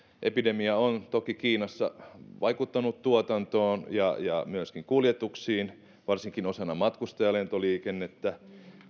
epidemia on toki kiinassa vaikuttanut tuotantoon ja myöskin kuljetuksiin varsinkin osana matkustajalentoliikennettä